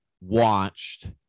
watched